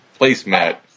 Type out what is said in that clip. placemat